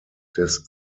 des